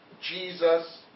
Jesus